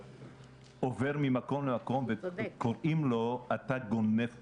שעובר ממקום למקום וקוראים לו "אתה גונב קולות",